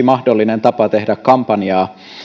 mahdollinen tapa tehdä kampanjaa